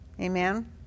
Amen